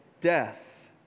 death